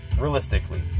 realistically